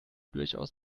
durchaus